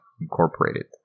Incorporated